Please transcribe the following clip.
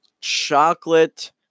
chocolate